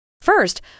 First